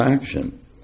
action